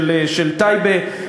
של טייבה.